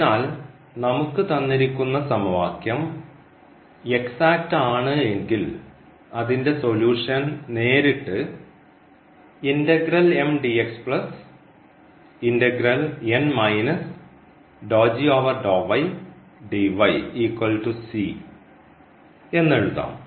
അതിനാൽ നമുക്ക് തന്നിരിക്കുന്ന സമവാക്യം എക്സാക്റ്റ് ആണ് എങ്കിൽ അതിൻറെ സൊലൂഷൻ നേരിട്ട് എന്ന് എഴുതാം